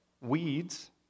weeds